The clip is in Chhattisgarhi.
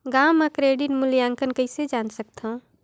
गांव म क्रेडिट मूल्यांकन कइसे जान सकथव?